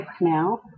now